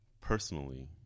personally